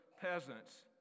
peasants